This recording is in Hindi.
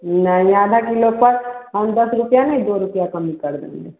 नहीं आधा किलो पर हम दस रुपया नहीं दो रुपया कम कर देंगे